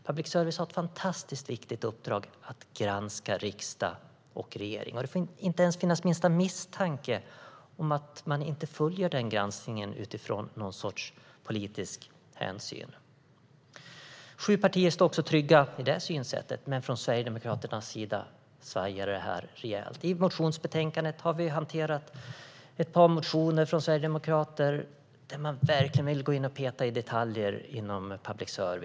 Public service har ett fantastiskt viktigt uppdrag att granska riksdag och regering, och det får inte ens finnas minsta misstanke om att man följer den granskningen utifrån någon sorts politisk hänsyn. Sju partier står trygga i det synsättet, men från Sverigedemokraternas sida svajar det här rejält. I motionsbetänkandet har vi hanterat ett par motioner från sverigedemokrater där man verkligen vill gå in och peta i detaljer inom public service.